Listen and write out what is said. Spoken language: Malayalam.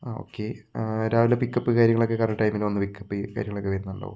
ആ ഓക്കെ ആ രാവിലെ പിക്കപ്പ് കാര്യങ്ങളൊക്കെ കറക്ട് ടൈമിന് വന്ന് പിക്കപ്പ് കാര്യങ്ങളൊക്കെ വരുന്നുണ്ടോ